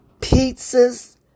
Pizzas